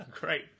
great